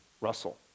Russell